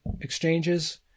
exchanges